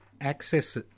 access